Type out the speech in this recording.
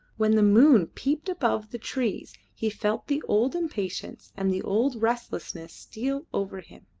when the moon peeped above the trees he felt the old impatience and the old restlessness steal over him.